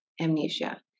amnesia